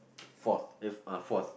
fourth eh uh fourth